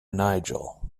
nigel